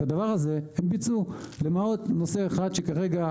את הדבר הזה הם ביצעו למעט נושא אחד שכרגע